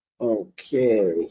Okay